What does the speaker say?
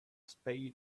spade